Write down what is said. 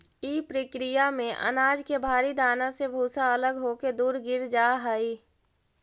इ प्रक्रिया में अनाज के भारी दाना से भूसा अलग होके दूर गिर जा हई